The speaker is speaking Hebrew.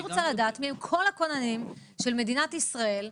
אני רוצה לדעת מי הם כל הכוננים של מדינת ישראל,